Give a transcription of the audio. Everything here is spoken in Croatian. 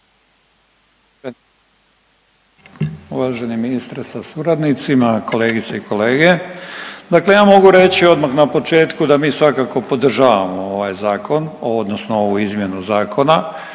Uvaženi ministre sa suradnicima, kolegice i kolege. Dakle ja mogu reći odmah na početku da mi svakako podržavamo ovaj zakon odnosno ovu izmjenu zakona